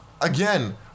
Again